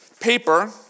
Paper